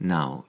Now